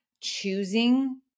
choosing